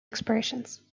expressions